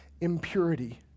impurity